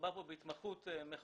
מדובר כאן בהתמחות מחוזית